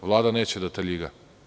Vlada neće da taljiga.